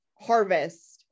harvest